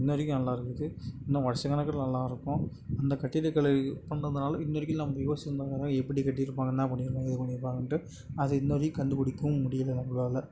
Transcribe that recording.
இன்ன வரைக்கும் நல்லா இருக்குது இன்னும் வருஷ கணக்கில் நல்லா இருக்கும் அந்த கட்டிடக்கலை கொண்டு வந்தனால இன்ன வரைக்கும் நம்ப யோசிச்சுன்னு தான் இருக்கிறோம் எப்படி கட்டி இருப்பாங்க என்ன பண்ணியிருப்பாங்க ஏது பண்ணியிருப்பாங்கன்ட்டு அது இன்ன வரைக்கும் கண்டுபிடிக்கவும் முடியலை நம்மளால்